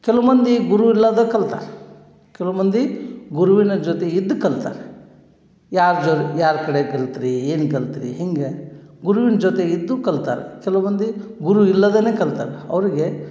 ಕೆಲು ಮಂದಿ ಗುರು ಇರ್ಲಾರ್ದ ಕಲ್ತಾರ ಕೆಲವು ಮಂದಿ ಗುರುವಿನ ಜೊತೆ ಇದ್ದ ಕಲ್ತಾರೆ ಯಾರ ಜೊ ಯಾರ ಕಡೆ ಕಲ್ತ್ರಿ ಏನು ಕಲ್ತ್ರಿ ಹಿಂಗೆ ಗುರುವಿನ ಜೊತೆ ಇದ್ದು ಕಲ್ತಾರ ಕೆಲವು ಮಂದಿ ಗುರು ಇಲ್ಲದೇನೆ ಕಲ್ತಾರ ಅವರಿಗೆ